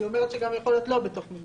היא אומרת שגם יכול להיות שלא בתוך מבנה.